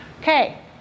Okay